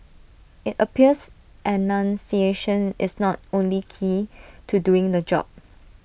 IT appears enunciation is not only key to doing the job